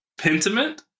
Pentiment